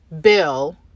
Bill